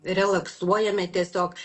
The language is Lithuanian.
relaksuojame tiesiog